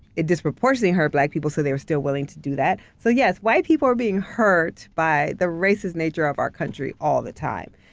it disproportionally hurt black people, so they were still willing to do that. so, yes white people are being hurt by the racist nature of our country all the time.